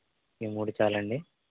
ఈ మూడు చాలా అండి